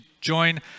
join